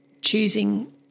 choosing